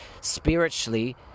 spiritually